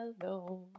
hello